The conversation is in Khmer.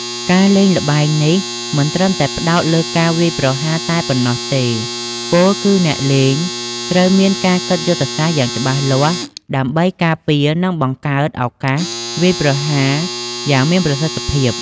ការលេងល្បែងនេះមិនត្រឹមតែផ្តោតលើការវាយប្រហារតែប៉ុណ្ណោះទេ ពោលគឺអ្នកលេងត្រូវមានការគិតយុទ្ធសាស្ត្រយ៉ាងច្បាស់លាស់ ដើម្បីការពារ និងបង្កើតឱកាសវាយប្រហារយ៉ាងមានប្រសិទ្ធភាព។